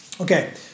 Okay